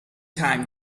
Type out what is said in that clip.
time